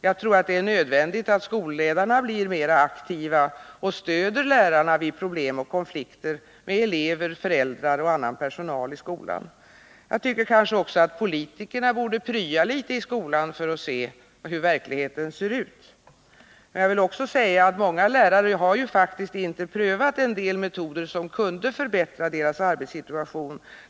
Jag tror att det är nödvändigt att skolledarna blir mera aktiva och stöder lärarna när det uppstår problem och konflikter med elever, föräldrar och annan personal i skolan. Jag tycker också att politikerna borde prya litet i skolan för att se hur verkligheten är. Men jag vill också säga att många lärare faktiskt inte har prövat vissa metoder, som kunde förbättra deras arbetssituation.